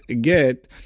get